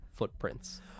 footprints